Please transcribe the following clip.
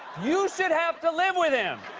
you should have to live with him!